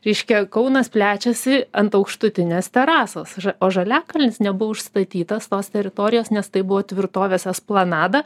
reiškia kaunas plečiasi ant aukštutinės terasos ža o žaliakalnis nebuvo užstatytas tos teritorijos nes tai buvo tvirtovės esplanada